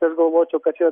tai aš galvočiau kad čia